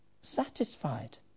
satisfied